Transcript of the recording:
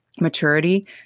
Maturity